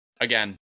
again